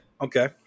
Okay